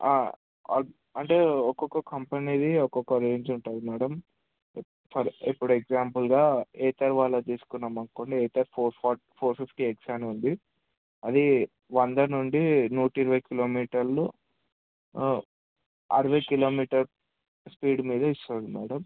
అంటే ఒక్కొక్క కంపెనీది ఒక్కొక్క రేంజ్ ఉంటుంది మ్యాడమ్ ఫర్ ఇప్పుడు ఎక్సాంపుల్గా ఏసర్ వాళ్ళది తీసుకున్నాం అనుకోండి Acer four forty four fifty X అని ఉంది అది వంద నుండి నూట ఇరవై కిలోమీటర్లు అరవై కిలోమీటర్ స్పీడ్ మీద ఇస్తుంది మేడమ్